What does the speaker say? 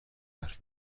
حرف